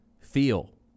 feel